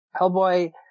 Hellboy